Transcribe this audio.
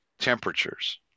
temperatures